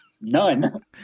none